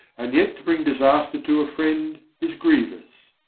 and yet to bring disaster to a friend is grievous.